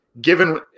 given